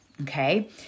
okay